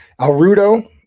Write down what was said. Alrudo